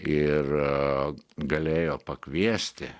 ir galėjo pakviesti